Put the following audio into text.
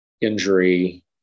injury